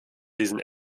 diesen